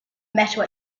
metal